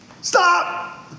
Stop